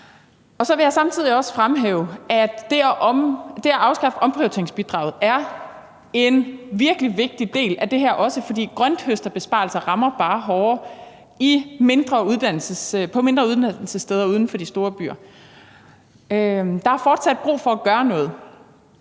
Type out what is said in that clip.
Så vil jeg samtidig også fremhæve, at det at afskaffe omprioriteringsbidraget er en virkelig vigtig del af det her også, fordi grønthøsterbesparelser bare rammer hårdere på mindre uddannelsessteder uden for de store byer. Der er fortsat brug for at gøre noget,